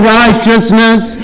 righteousness